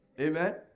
Amen